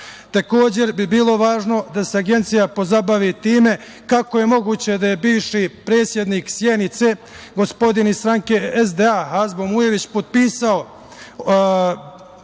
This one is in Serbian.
para. Takođe bi bilo važno da se Agencija pozabavi time kako je moguće da je bivši predsednik Sjenice, gospodin iz stranke SDA, Hazbo Mujević potpisao